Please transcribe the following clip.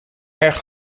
erg